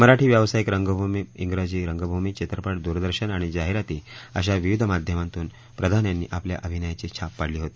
मराठी व्यावसायिक राष्ट्रिमी इजिं राष्ट्रिमी चित्रपट दूरदर्शन आणि जाहिराती अशा विविध माध्यमातून प्रधान यांनी आपल्या अभिनयाची छाप पाडली होती